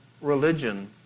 religion